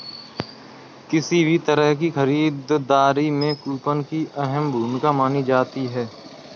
किसी भी तरह की खरीददारी में कूपन की अहम भूमिका मानी जाती है